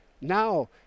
Now